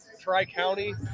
Tri-County